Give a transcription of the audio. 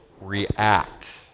react